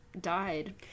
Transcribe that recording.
died